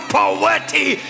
poverty